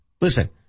listen